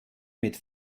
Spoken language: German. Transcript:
mit